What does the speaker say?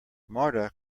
marta